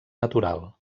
natural